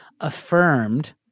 affirmed